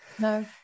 No